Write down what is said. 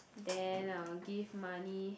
then I'll give money